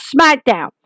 SmackDown